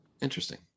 interesting